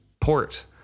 port